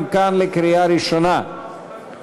גם כאן לקריאה ראשונה,